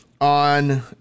on